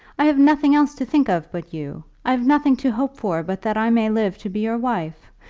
i have nothing else to think of but you. i have nothing to hope for but that i may live to be your wife.